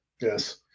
Yes